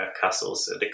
Castles